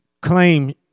claim